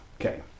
okay